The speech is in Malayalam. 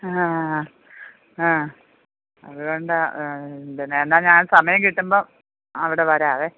ആ ആ അതുകൊണ്ടാ പിന്നെ എന്നാൽ ഞാൻ സമയം കിട്ടുമ്പം അവിടെ വരാവേ